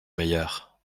meilleur